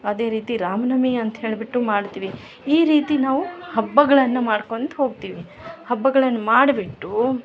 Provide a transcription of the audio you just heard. ಅದೇ ರೀತಿ ರಾಮ ನವಮಿ ಅಂತೇಳ್ಬಿಟ್ಟು ಮಾಡ್ತೀವಿ ಈ ರೀತಿ ನಾವು ಹಬ್ಬಗಳನ್ನ ಮಾಡ್ಕೊಳ್ತಾ ಹೋಗ್ತೀವಿ ಹಬ್ಬಗಳನ್ನ ಮಾಡ್ಬಿಟ್ಟು